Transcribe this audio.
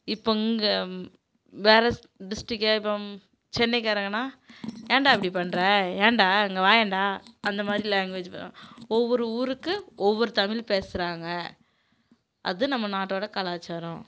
இப்பங்கு வேற ஸ் டிஸ்டிக்கே இப்போ சென்னைக்காரங்கன்னால் ஏன்டா இப்படி பண்றே ஏன்டா இங்கே வாயேன்டா அந்த மாதிரி லேங்குவேஜ் வே ஒவ்வொரு ஊருக்கு ஒவ்வொரு தமிழ் பேசுகிறாங்க அது நம்ம நாட்டோடய கலாச்சாரம்